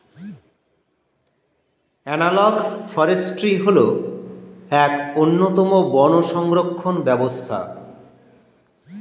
analogue forestry হল এক অন্যতম বন সংরক্ষণ ব্যবস্থা